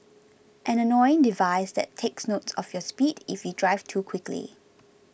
an annoying device that takes note of your speed if you drive too quickly